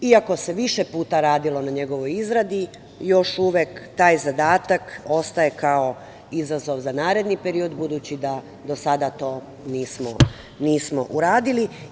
Iako se više puta radilo na njegovoj izradi, još uvek taj zadatak ostaje kao izazov za naredni period, budući da do sada to nismo uradili.